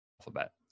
alphabet